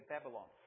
Babylon